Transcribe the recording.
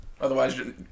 Otherwise